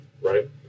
right